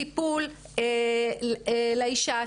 טיפול לאישה,